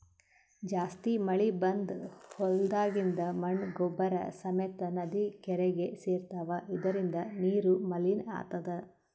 ಜಾಸ್ತಿ ಮಳಿ ಬಂದ್ ಹೊಲ್ದಾಗಿಂದ್ ಮಣ್ಣ್ ಗೊಬ್ಬರ್ ಸಮೇತ್ ನದಿ ಕೆರೀಗಿ ಸೇರ್ತವ್ ಇದರಿಂದ ನೀರು ಮಲಿನ್ ಆತದ್